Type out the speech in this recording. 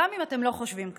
גם אם אתם לא חושבים ככה.